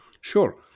Sure